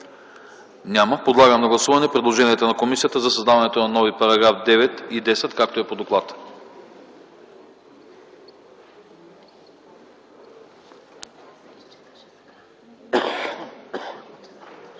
Няма. Подлагам на гласуване предложението на комисията за създаването на нови параграфи 9 и 10, както е по доклад.